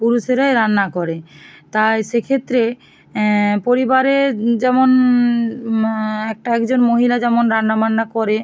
পুরুষেরাই রান্না করে তাই সেক্ষেত্রে পরিবারের যেমন একটা একজন মহিলা যেমন রান্নাবান্না করে